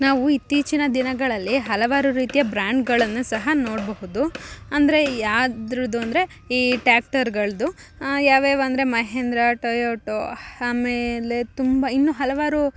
ನಾವು ಇತ್ತೀಚಿನ ದಿನಗಳಲ್ಲಿ ಹಲವಾರು ರೀತಿಯ ಬ್ರ್ಯಾಂಡ್ಗಳನ್ನು ಸಹ ನೋಡಬಹುದು ಅಂದರೆ ಯಾವ್ದ್ರುದು ಅಂದರೆ ಈ ಟ್ಯಾಕ್ಟರ್ಗಳದ್ದು ಯಾವ್ಯಾವು ಅಂದರೆ ಮಹೇಂದ್ರ ಟೊಯೋಟೊ ಆಮೇಲೆ ತುಂಬ ಇನ್ನೂ ಹಲವಾರು